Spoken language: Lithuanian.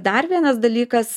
dar vienas dalykas